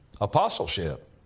apostleship